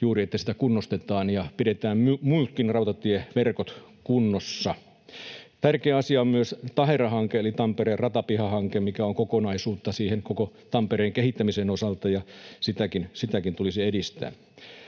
juuri, että sitä kunnostetaan, ja pidetään muutkin rautatieverkot kunnossa. Tärkeä asia on myös Tahera-hanke eli Tampereen ratapihahanke, mikä on kokonaisuutta koko Tampereen kehittämisen osalta, ja sitäkin tulisi edistää.